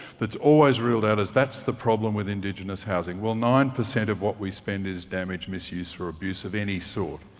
that's always reeled out as that's the problem with indigenous housing. well, nine percent of what we spend is damage, misuse or abuse of any sort.